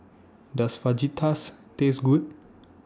Does Fajitas Taste Good